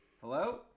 Hello